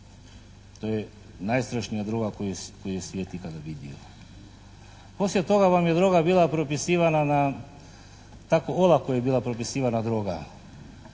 To je najstrašnija droga koju je svijet ikada vidio. Poslije toga vam je droga bila propisivana na, tako olako je bila propisivana droga.